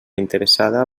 interessada